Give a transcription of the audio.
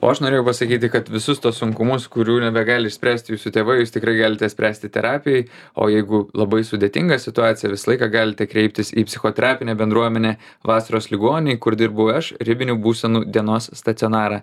o aš norėjau pasakyti kad visus tuos sunkumus kurių nebegali išspręsti jūsų tėvai jūs tikrai galite spręsti terapijoj o jeigu labai sudėtinga situacija visą laiką galite kreiptis į psichoterapinę bendruomenę vasaros ligoninėj kur dirbu aš ribinių būsenų dienos stacionarą